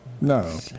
No